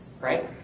right